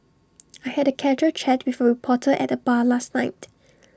I had A casual chat with A reporter at the bar last night